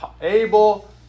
able